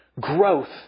growth